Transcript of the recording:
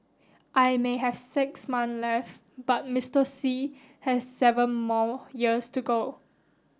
I may have six months left but Mister Xi has seven more years to go